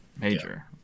Major